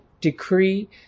decree